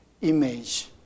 image